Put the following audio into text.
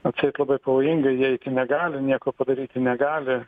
atseit labai pavojinga įeiti negali nieko padaryti negali